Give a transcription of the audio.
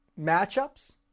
matchups